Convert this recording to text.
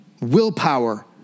willpower